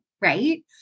right